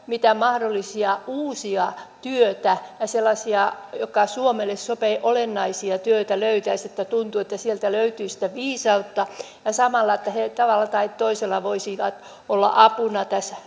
mitä mahdollisia uusia töitä ja sellaisia suomelle sopivia olennaisia töitä löytäisi tuntuu että sieltä löytyisi sitä viisautta ja samalla he tavalla tai toisella voisivat olla apuna tässä